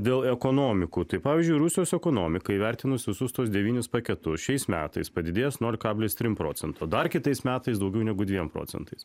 dėl ekonomikų tai pavyzdžiui rusijos ekonomika įvertinus visus tuos devynis paketus šiais metais padidės nol kablis trim procentų dar kitais metais daugiau negu dviem procentais